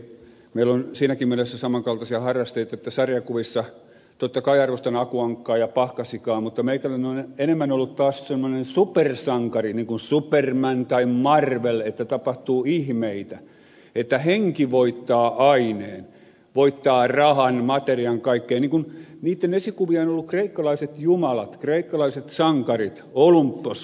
meillä on siinäkin mielessä samankaltaisia harrasteita että sarjakuvissa totta kai arvostan aku ankkaa ja pahkasikaa mutta meikäläinen on enemmän ollut taas semmoinen supersankari niin kuin superman tai marvel että tapahtuu ihmeitä että henki voittaa aineen voittaa rahan materian kaikkea niin kuin niitten esikuvia on ollut kreikkalaiset jumalat kreikkalaiset sankarit olympoksen huipulta